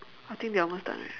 I think they are almost done already